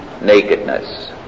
nakedness